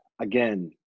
Again